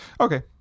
Okay